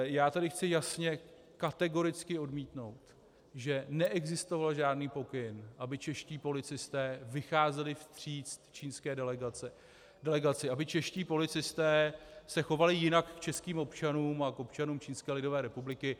Já tady chci jasně, kategoricky odmítnout (?), že neexistoval žádný pokyn, aby čeští policisté vycházeli vstříc čínské delegaci, aby čeští policisté se chovali jinak k českým občanům a k občanům Čínské lidové republiky.